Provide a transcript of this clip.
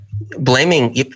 blaming